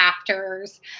afters